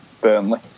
Burnley